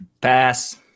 Pass